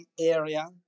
area